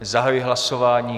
Zahajuji hlasování.